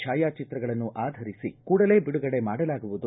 ಛಾಯಾಚಿತ್ರಗಳನ್ನು ಆಧರಿಸಿ ಕೂಡಲೇ ಬಿಡುಗಡೆ ಮಾಡಲಾಗುವುದು